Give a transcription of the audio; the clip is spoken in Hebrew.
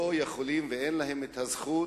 הם לא יכולים, ואין להם אפילו זכות,